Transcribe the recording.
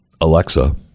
alexa